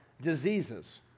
diseases